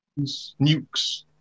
nukes